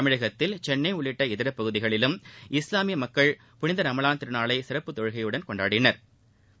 தமிழ்நாட்டில் சென்னை உள்ளிட்ட இதர பகுதிகளிலும் இஸ்லாமிய மக்கள் புனித ரமலான் திருநாளை சிறப்பு தொழுகைகளுடன் கொண்டாடினா்